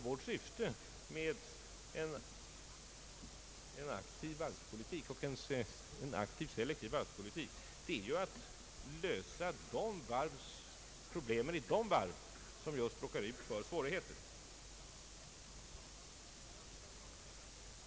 Vårt syfte med en aktiv selektiv varvspolitik är att lösa problemen vid de varv som råkar ut för svårigheter.